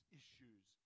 issues